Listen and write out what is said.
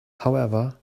however